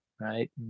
right